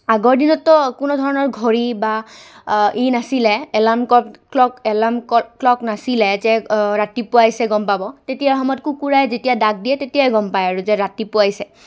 আগৰ দিনতো কোনো ধৰণৰ ঘড়ী বা ই নাছিলে এলাৰ্ম ক্লক এলাৰ্ম ক্লক নাছিলে যে ৰাতিপুৱাইছে গম পাব তেতিয়া সময়ত কুকুৰাই যেতিয়া ডাক দিয়ে তেতিয়াই গম পায় আৰু যে ৰাতিপুৱাইছে